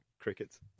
Crickets